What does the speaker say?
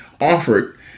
offered